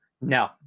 no